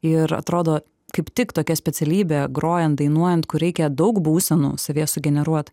ir atrodo kaip tik tokia specialybė grojant dainuojant kur reikia daug būsenų savyje sugeneruot